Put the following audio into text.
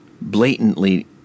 blatantly